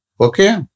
Okay